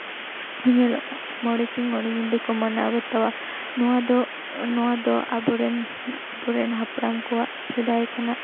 ᱧᱮᱞᱚᱜᱼᱟ ᱢᱚᱬᱮ ᱥᱤᱧ ᱢᱚᱬᱮ ᱧᱤᱫᱟᱹ ᱠᱚ ᱢᱟᱱᱟᱣ ᱵᱟᱛᱟᱣᱟ ᱱᱚᱣᱟ ᱫᱚ ᱱᱚᱣᱟ ᱫᱚ ᱟᱵᱚ ᱨᱮᱱ ᱟᱵᱚ ᱨᱮᱱ ᱦᱟᱯᱲᱟᱢ ᱠᱚᱣᱟᱜ ᱥᱮᱫᱟᱭ ᱠᱷᱚᱱᱟᱜ